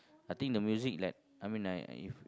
I think the music like I mean like if